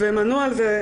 הם ענו על זה.